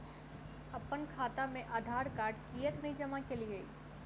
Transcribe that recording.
अप्पन खाता मे आधारकार्ड कियाक नै जमा केलियै?